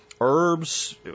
herbs